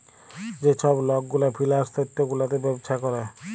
যে ছব লক গুলা ফিল্যাল্স তথ্য গুলাতে ব্যবছা ক্যরে